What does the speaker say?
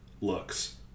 looks